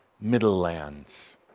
middle-lands